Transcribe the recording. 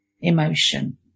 emotion